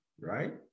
right